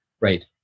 Right